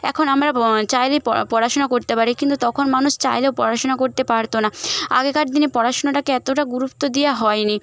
এখন আমরা চাইলেই পড়াশোনা করতে পারি কিন্তু তখন মানুষ চাইলেও পড়াশোনা করতে পারত না আগেকার দিনে পড়াশোনাটাকে এতটা গুরুত্ব দেওয়া হয়নি